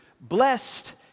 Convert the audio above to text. Blessed